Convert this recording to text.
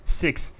six